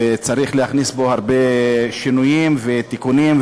וצריך להכניס בו הרבה שינויים ותיקונים,